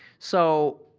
so,